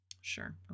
Sure